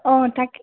অ' তাকে